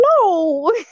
no